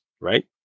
right